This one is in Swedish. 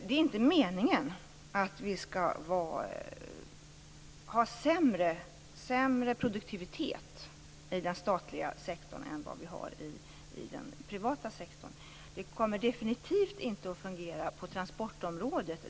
Det är inte meningen att vi skall ha sämre produktivitet i den statliga sektorn än i den privata. Det kommer definitivt inte att fungera på transportområdet.